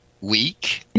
week